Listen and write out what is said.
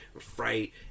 fright